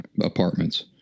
apartments